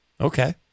Okay